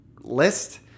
list